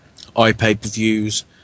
iPay-per-views